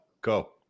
go